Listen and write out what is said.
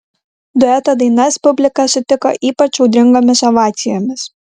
dueto dainas publika sutiko ypač audringomis ovacijomis